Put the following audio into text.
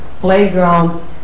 playground